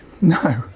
no